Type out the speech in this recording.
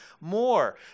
more